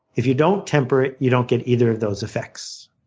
if you don't temper it, you don't get either of those effects.